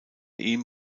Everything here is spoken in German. ihm